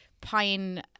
pine